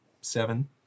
seven